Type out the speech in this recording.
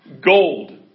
gold